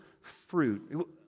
fruit